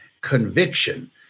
conviction